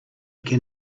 can